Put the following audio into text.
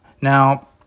Now